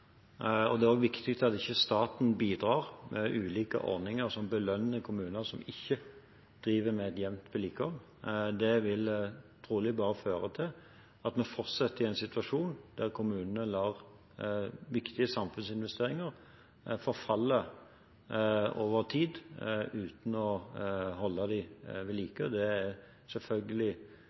Det er også viktig at ikke staten bidrar med ulike ordninger som belønner kommuner som ikke driver med et jevnt vedlikehold. Det vil trolig bare føre til at vi fortsatt er i en situasjon der kommunene lar viktige samfunnsinvesteringer forfalle over tid, uten å holde dem ved like. Det er